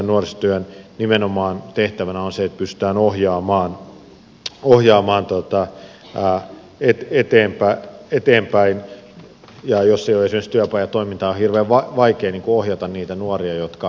etsivän nuorisotyön tehtävänä on nimenomaan se että pystytään ohjaamaan eteenpäin ja jos ei ole esimerkiksi työpajatoimintaa on hirveän vaikea ohjata niitä nuoria jotka etsitään